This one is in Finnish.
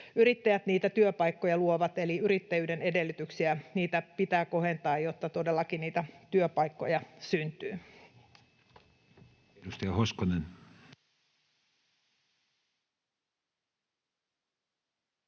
yrittäjät niitä työpaikkoja luovat, eli yrittäjyyden edellytyksiä pitää kohentaa, jotta todellakin niitä työpaikkoja syntyy. [Speech